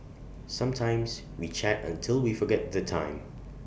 sometimes we chat until we forget the time